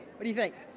what do you think?